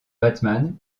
batman